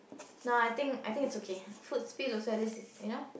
no I think I think it's okay food spill also at least is you know